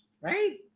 right